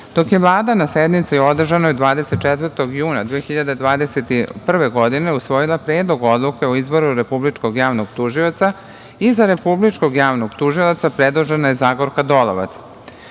dok je Vlada na sednici održanoj 24. juna 2021. godine usvojila Predlog odluke o izboru Republičkog javnog tužioca i za Republičkog javnog tužioca predložena je Zagorka Dolovac. Zagorka